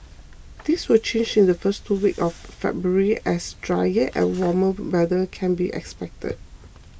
this will change in the first two weeks of February as drier and warmer weather can be expected